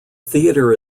theatre